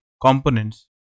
components